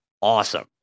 awesome